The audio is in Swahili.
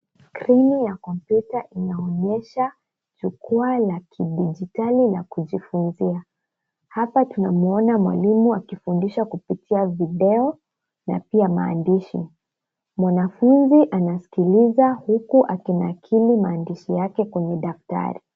Skrini ya kompyuta inaonyesha jukwaa la kidijitali la kujifunzia, hapa tunamwona mwalimu akifundisha kupitia video na pia maandishi, mwanafunzi anasikiliza huku akinakili maandishi yake kwenye daftari.